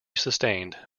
sustained